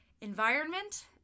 environment